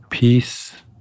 Peace